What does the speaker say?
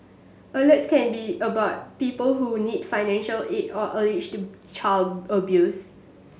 Alerts can be about people who need financial aid or alleged to child abuse